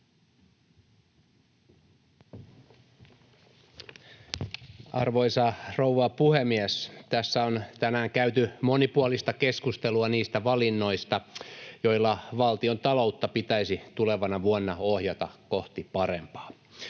Arvoisa rouva puhemies! Tässä on tänään käyty monipuolista keskustelua niistä valinnoista, joilla valtiontaloutta pitäisi tulevana vuonna ohjata kohti parempaa.